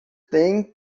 tem